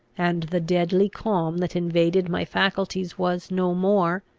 and the deadly calm that invaded my faculties was no more,